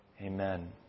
Amen